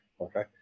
Okay